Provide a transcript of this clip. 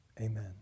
Amen